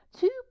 Two